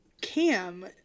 Cam